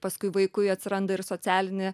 paskui vaikui atsiranda ir socialinė